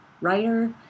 writer